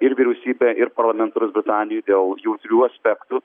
ir vyriausybę ir parlamentarus britanijoj dėl jautrių aspektų